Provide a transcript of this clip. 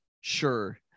Sure